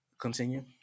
Continue